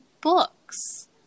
books